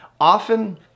often